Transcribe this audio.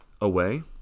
away